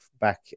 back